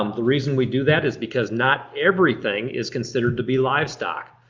um the reason we do that is because not everything is considered to be livestock.